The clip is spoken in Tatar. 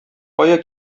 кая